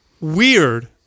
weird